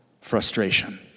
frustration